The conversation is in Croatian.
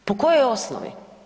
Po kojoj osnovi?